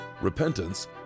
repentance